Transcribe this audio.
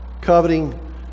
coveting